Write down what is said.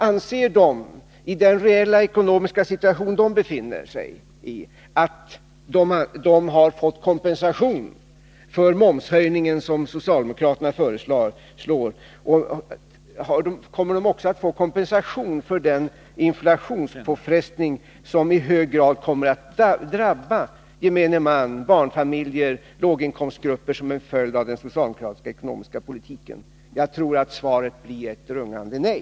Anser de i den reella ekonomiska situation som de befinner sig i att de har fått kompensation för den momshöjning som föreslås av socialdemokraterna, och kommer de också att få kompensation för den inflationspåfrestning som i hög grad kommer att drabba gemene man — barnfamiljer och låginkomstgrupper - till följd av den socialdemokratiska politiken? Jag tror att svaret blir ett rungande nej.